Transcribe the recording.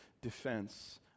defense